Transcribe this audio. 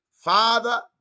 Father